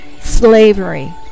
slavery